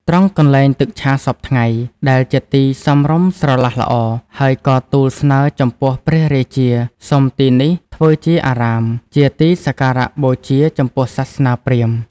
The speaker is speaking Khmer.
ត្រង់កន្លែងទឹកឆាសព្វថ្ងៃ ដែលជាទីសមរម្យស្រឡះល្អ ហើយក៏ទូលស្នើចំពោះព្រះរាជា សុំទីនេះធ្វើជាអារាម ជាទីសក្ការបូជាចំពោះសាសនាព្រាហ្មណ៍